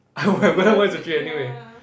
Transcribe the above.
I would have gotten one is to three anyway